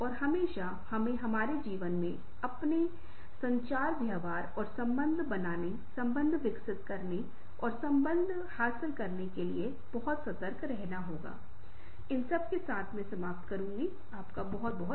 मुझे उम्मीद है कि ये तत्व आपके लिए सॉफ्टस्किल्स के संदर्भ में दिलचस्प और प्रासंगिक होंगे और मुझे आशा है कि आप इससे संबंधित विभिन्न सर्वेक्षणों को पूरा करने जा रहे हैं जो हमने दिए हैं ताकि हम एक साथ देख सकें कि हमने कैसे प्रशिक्षण दिया और विशिष्ट संदर्भ में हम कैसे व्यवहार करें